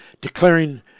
declaring